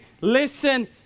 Listen